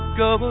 go